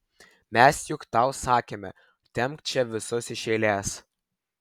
mes juk tau sakėme tempk čia visus iš eilės